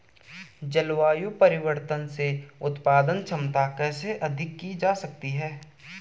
जलवायु परिवर्तन से उत्पादन क्षमता कैसे अधिक की जा सकती है?